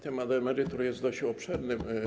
Temat emerytur jest dość obszerny.